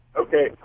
Okay